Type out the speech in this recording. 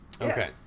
Okay